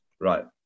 Right